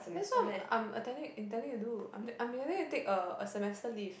that's what I'm attempting intending to do I'm I'm intending to take a semester leave